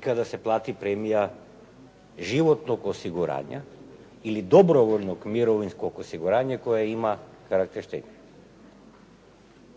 kada se plati premija životnog osiguranja ili dobrovoljnog mirovinskog osiguranja koje ima karakter štednje.